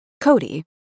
Cody